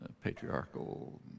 patriarchal